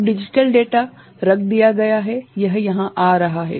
अब digital data रख दिया गया है यह यहाँ आ रहा है